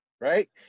right